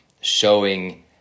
showing